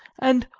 and,